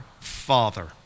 Father